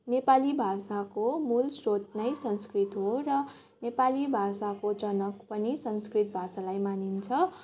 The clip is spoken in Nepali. नेपाली भाषाको मूल स्रोत नै संस्कृत हो र नेपाली भाषाको जनक पनि संस्कृत भाषालाई मानिन्छ